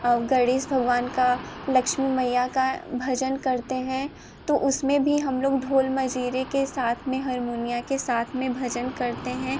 गणेश भगवान का लक्ष्मी मैया का भजन करते हैं तो उसमें भी हम लोग ढोल मंजीरे के साथ में हर्मोनिया के साथ में भजन करते हैं